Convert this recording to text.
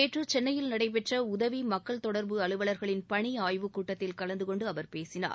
நேற்று சென்னையில் நடைபெற்ற உதவி மக்கள் தொடர்பு அலுவலர்களின் பணி ஆய்வுக்கூட்டத்தில் கலந்துகொண்டு அவர் பேசினார்